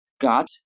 got